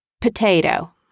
Potato